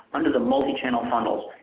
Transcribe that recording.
under the multi-channel funnels.